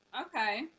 okay